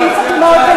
40 חתימות,